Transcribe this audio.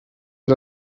wir